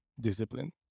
discipline